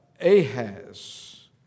Ahaz